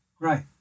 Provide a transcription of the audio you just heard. Right